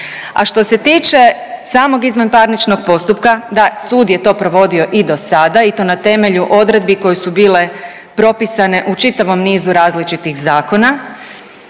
A što se tiče samog izvanparničnog postupka, da sud je to provodio i dosada i to na temelju odredbi koje su bile propisane u čitavom nizu različitih zakona